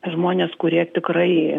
žmonės kurie tikrai